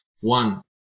One